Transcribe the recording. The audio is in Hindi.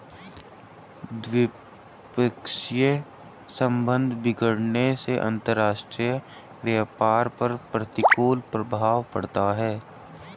द्विपक्षीय संबंध बिगड़ने से अंतरराष्ट्रीय व्यापार पर प्रतिकूल प्रभाव पड़ता है